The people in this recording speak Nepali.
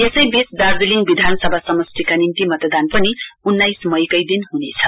यसैबीच दार्जीलिङ विधानसभा समस्टिका निम्ति मतदान पनि उन्नाइस मईकै दिन हुनेछ